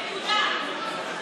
נקודה.